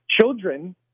children